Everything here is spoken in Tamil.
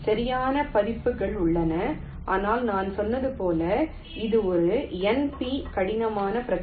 சரியான பதிப்புகள் உள்ளன ஆனால் நான் சொன்னது போல் இது ஒரு NP கடினமான பிரச்சினை